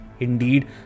Indeed